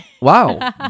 Wow